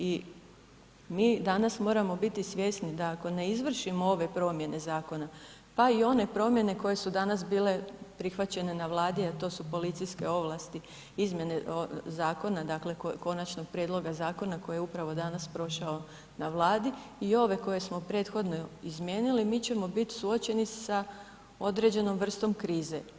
I mi danas moramo biti svjesni da ako ne izvršimo ove promjene zakona, pa i one promjene koje su danas bile prihvaćene na Vladi, a to su policijske ovlasti izmjene zakona dakle Konačnog prijedloga zakona koji je upravo danas prošao na Vladi i ove koje smo prethodno izmijenili mi ćemo biti suočeni sa određenom vrstom krize.